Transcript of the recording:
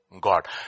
God